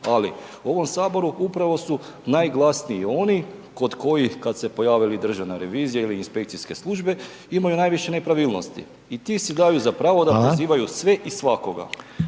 ali u ovom HS upravo su najglasniji oni kod kojih kad se pojave ili Državna revizija ili Inspekcijske službe imaju najviše nepravilnosti i ti si daju za pravo…/Upadica: Hvala/…da prozivaju sve i svakoga.